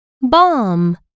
bomb